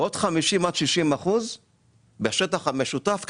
ועוד כ-50%-60% בשטח המשותף,